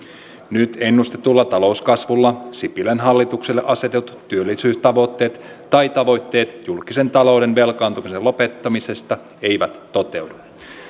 nyt ennustetulla talouskasvulla sipilän hallitukselle asetetut työllisyystavoitteet ja tavoitteet julkisen talouden velkaantumisen lopettamisesta eivät toteudu